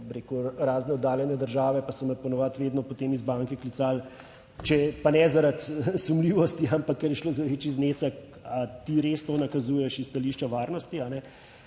rekel, razne oddaljene države, pa so me po navadi vedno, potem iz banke klicali, če pa ne zaradi sumljivosti, ampak ker je šlo za večji znesek, ali ti res to nakazuješ s stališča varnosti?